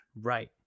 Right